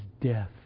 death